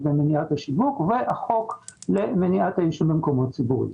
ומניעת שיווק והחוק למניעת העישון במקומות ציבוריים.